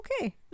okay